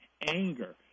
anger